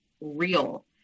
real